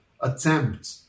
attempt